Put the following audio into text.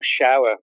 shower